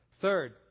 Third